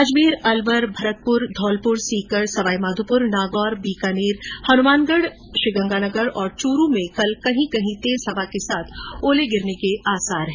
अजमेर अलवर भरतपुर धौलपुर सीकर सवाईमाधोपुर नागौर बीकानेर हनुमानगढ श्रीगंगानगर और चूरू में कल कहीं कहीं तेज हवा के साथ ओले गिरने के आसार हैं